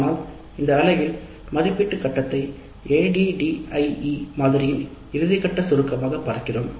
ஆனால் இந்த பகுதியில் மதிப்பீட்டு கட்டத்தை ADDIE மாதிரி இறுதிகட்டமாக பார்க்கிறோம்